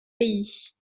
pays